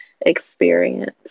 experience